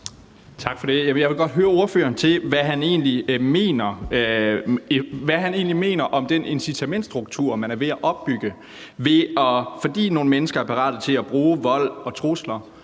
Jeg vil godt høre ordføreren om, hvad han egentlig mener om den incitamentsstruktur, man er ved at opbygge. Altså at man, fordi nogle mennesker er parate til at bruge vold og trusler